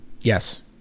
Yes